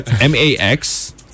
M-A-X